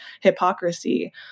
hypocrisy